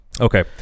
Okay